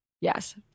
Yes